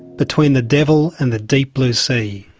between the devil and the deep blue sea.